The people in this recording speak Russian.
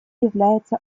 является